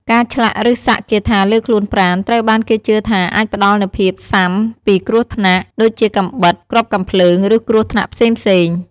ការឆ្លាក់ឬសាក់គាថាលើខ្លួនប្រាណ ត្រូវបានគេជឿថាអាចផ្តល់នូវភាពស៊ាំពីគ្រោះថ្នាក់ ដូចជាកាំបិត គ្រាប់កាំភ្លើង ឬគ្រោះថ្នាក់ផ្សេងៗ។